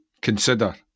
consider